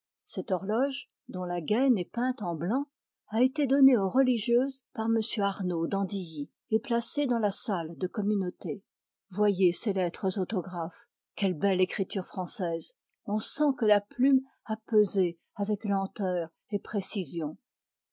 cette horloge dont la gaine est peinte en blanc a été donnée aux religieuses par m arnauld d'andilly et placée dans la salle de communauté voyez ces lettres autographes quelle belle écriture française on sent que la plume a pesé avec lenteur et précision